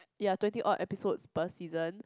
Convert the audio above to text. ya twenty odd episodes per season